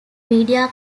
media